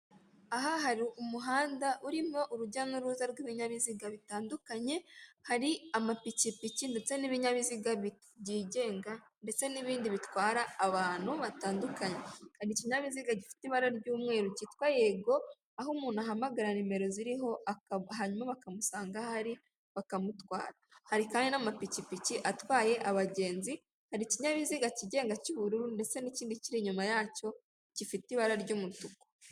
Aha hari umuhanda urimo urujya n'uruza rw'ibinyabiziga bitandukanye, hari amapikipki ndetse n'ibinyabiziga byigenga, ndetse n'ibindi bitwara abantu batandukanye, hari ikinyabiziga gifite ibara ry'umeru cyitwa yego aho umuntu ahamagara nimero ziiriho, hanyuma bakamusanga aho ari bakamutwara, hari kandi n'amapikipiki atwaye abagenzi, hari ikinyabiziga kigenga cy'ubururu ndetse n'ikindi kiri inyuma yacyo, gifite ibara ry'umutuku.